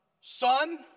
son